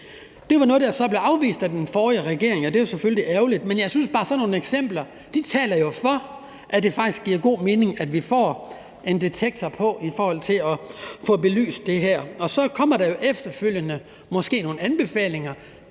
Det var noget, der så blev afvist af den forrige regering, og det var selvfølgelig ærgerligt. Men jeg synes bare, at sådan nogle eksempler jo taler for, at det faktisk giver god mening, at vi får en detektor på i forhold til at få belyst det her. Så kommer der måske efterfølgende nogle anbefalinger,